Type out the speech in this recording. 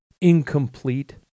incomplete